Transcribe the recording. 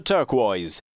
Turquoise